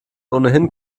ohnehin